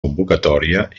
convocatòria